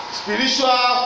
spiritual